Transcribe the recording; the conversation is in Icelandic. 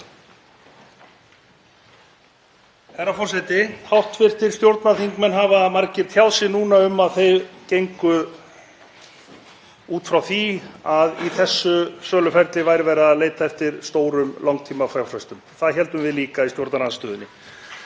Herra forseti. Hv. stjórnarþingmenn hafa margir tjáð sig núna um að þeir hafi gengið út frá því að í þessu söluferli væri verið að leita eftir stórum langtímafjárfestum. Það héldum við líka í stjórnarandstöðunni.